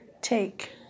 Take